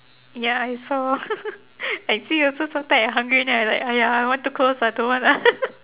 ya I saw I see also sometime I hungry than I like !aiya! I want to close but don't want ah